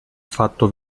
fatto